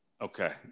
Okay